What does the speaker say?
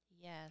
Yes